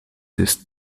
ist